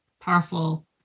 powerful